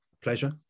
pleasure